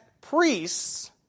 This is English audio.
priests